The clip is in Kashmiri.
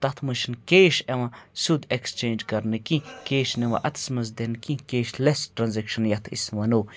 تَتھ منٛز چھِنہٕ کیش یِوان سیوٚد ایٚکسچینٛج کَرنہٕ کینٛہہ کیش نہٕ یِوان اَتَس منٛز دِنہٕ کینٛہہ کیش لٮ۪س ٹرٛانزیکشَن یَتھ أسۍ وَنو